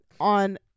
on